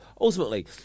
Ultimately